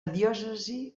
diòcesi